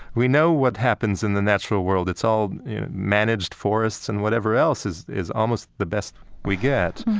we know what happens in the natural world. it's all managed forests and whatever else, is is almost the best we get.